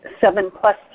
seven-plus